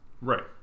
Right